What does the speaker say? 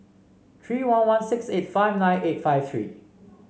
three one one six eight five nine eight five three